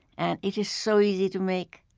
and it is so easy to make.